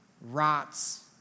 rots